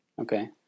Okay